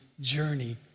journey